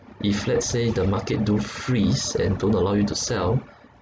if let's say the market do freeze and don't allow you to sell